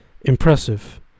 Impressive